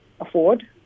afford